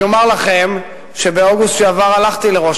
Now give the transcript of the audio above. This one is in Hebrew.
אני אומר לכם שבאוגוסט שעבר הלכתי לראש